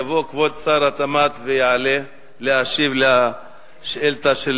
יבוא כבוד שר התמ"ת ויעלה להשיב על שאילתות של